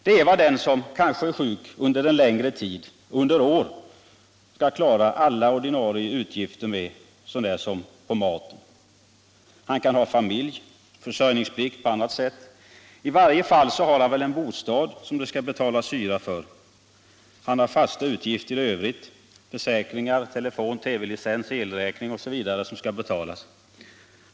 Det är vad den som kanske är sjuk under en längre tid, under år, skall klara alla ordinarie utgifter med så när som på maten. Han kan ha familj eller försörjningsplikt på annat sätt. I varje fall har han väl en bostad, som det skall betalas hyra för. Han har fasta utgifter i övrigt — försäkringar, telefon, TV-licens, elräkning osv. — som skall betalas.